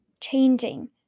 changing